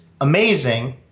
amazing